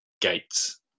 gates